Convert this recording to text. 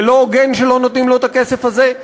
זה לא הוגן שלא נותנים לו את הכסף הזה,